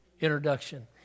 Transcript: introduction